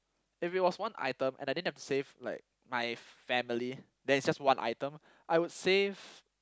if it was one item and I didn't have to save like my family then it's just one item I would save